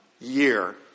year